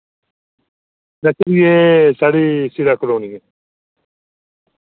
nursery एह् साढ़ी सीड़ा क्लोनी ऐ